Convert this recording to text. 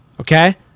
Okay